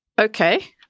Okay